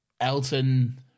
Elton